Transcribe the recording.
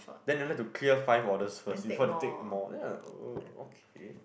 then they like to clear five orders first before they make more then I was like uh okay